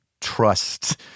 trust